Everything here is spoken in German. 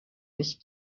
nicht